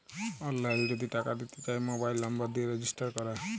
অললাইল যদি টাকা দিতে চায় মবাইল লম্বর দিয়ে রেজিস্টার ক্যরে